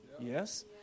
Yes